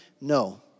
No